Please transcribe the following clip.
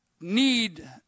need